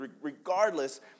regardless